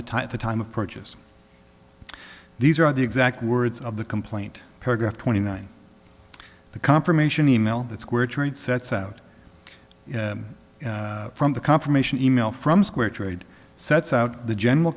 of the time of purchase these are the exact words of the complaint paragraph twenty nine the confirmation e mail that's where trade sets out from the confirmation e mail from square trade sets out the general